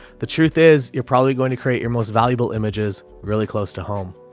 the truth is you're probably going to create your most valuable images really close to home.